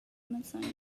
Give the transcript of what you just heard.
malsogna